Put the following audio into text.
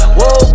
Whoa